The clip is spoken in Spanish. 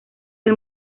del